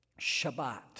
Shabbat